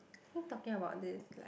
who talking about this like